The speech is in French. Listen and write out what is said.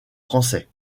français